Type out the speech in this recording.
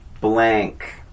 Blank